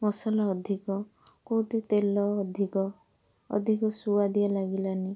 ମସଲା ଅଧିକ କେଉଁଠି ତେଲ ଅଧିକ ଅଧିକ ସୁଆଦିଆ ଲାଗିଲାନି